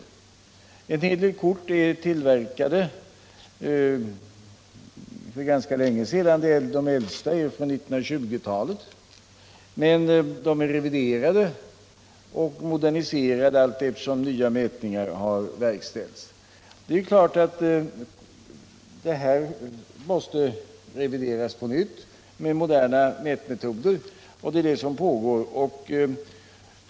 En hel del kort är tillverkade för ganska länge sedan. De äldsta är från 1920-talet, men de är reviderade och moderniserade allteftersom nya mätningar har verkställts. Det är klart att dessa sjökort måste revideras på nytt med hjälp av moderna mätmetoder. Det är det arbetet som pågår.